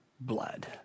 blood